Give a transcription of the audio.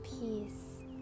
peace